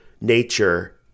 nature